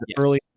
early